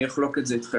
אני אחלוק את זה איתכם.